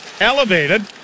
elevated